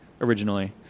originally